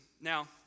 Now